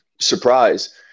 surprise